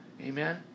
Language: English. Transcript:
Amen